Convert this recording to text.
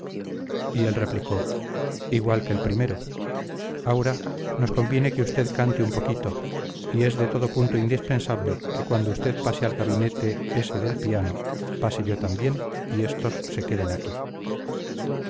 y él replicó igual que el primero aura nos conviene que usted cante un poquito y es de todo punto indispensable que cuando usted pase al gabinete ese del piano pase yo también y estos se queden aquí